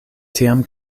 tiam